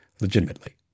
legitimately